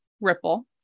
ripple